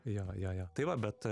jo jo jo tai va bet